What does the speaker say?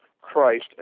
Christ